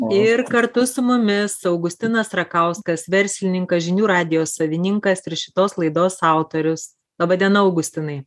ir kartu su mumis augustinas rakauskas verslininkas žinių radijo savininkas ir šitos laidos autorius laba diena augustinai